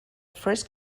first